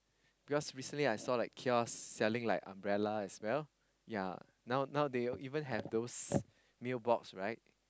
because recently kiosk selling umbrella now even have those meal box